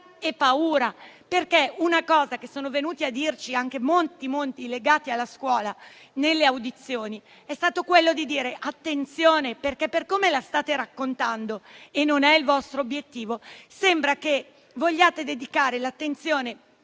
e paura. Una cosa che ci hanno detto molti mondi legati alla scuola, nelle audizioni, è stata quella di prestare attenzione, perché per come la state raccontando - e non è il vostro obiettivo - sembra che vogliate dedicare l'attenzione